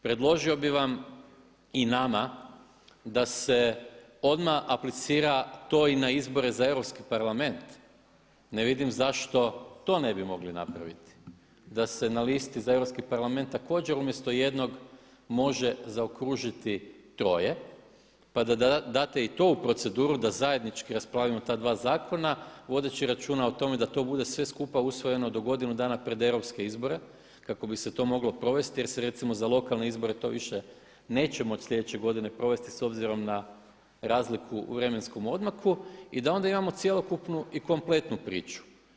Predložio bi vam i nama da se odmah aplicira to i na izbore za Europski parlament, ne vidim zašto to ne bi mogli napraviti, da na listi za Europski parlament također umjesto jednog može zaokružiti troje pa da date to u proceduru da zajednički raspravimo ta dva zakona, vodeći računa o tome da to bude sve skupa usvojeno do godinu dana pred europske izbore kako bi se to moglo provesti jer se recimo za lokalne izbore to više neće moći sljedeće godine provesti s obzirom na razliku u vremenskom odmaku i da onda imamo cjelokupnu i kompletnu priču.